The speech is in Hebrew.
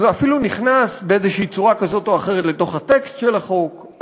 זה אפילו נכנס בצורה כזו או אחרת לתוך הטקסט של החוק,